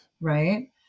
Right